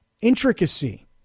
intricacy